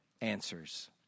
answers